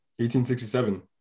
1867